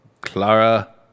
Clara